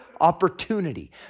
opportunity